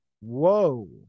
whoa